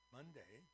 Monday